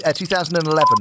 2011